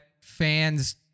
fans